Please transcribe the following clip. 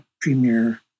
premier